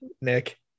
Nick